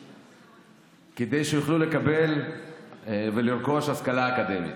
כדי שיוכלו לקבל ולרכוש השכלה אקדמית.